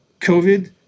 COVID